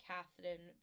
Catherine